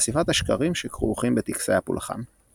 ובחשיפת השקרים שכרוכים בטקסי הפולחן.